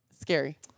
Scary